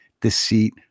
deceit